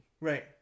Right